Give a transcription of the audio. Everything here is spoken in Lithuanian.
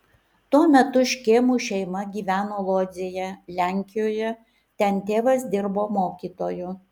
tuo metu škėmų šeima gyveno lodzėje lenkijoje ten tėvas dirbo mokytoju